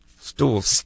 stools